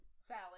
Sally